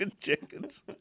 chickens